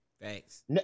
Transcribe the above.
Thanks